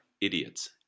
idiots